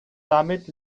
damit